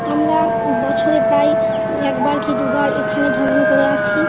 আমরা বছরে প্রায়ই একবার কী দুবার এখানে ভ্রমণ করে আসি